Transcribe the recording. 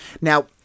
Now